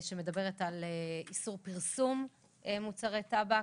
שמדברת על איסור פרסום מוצרי טבק.